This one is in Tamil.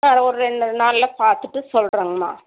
நான் ஒரு ரெண்டு நாளில் பார்த்துட்டு சொல்லுறேங்கம்மா